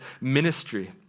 ministry